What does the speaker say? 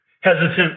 hesitant